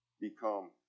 become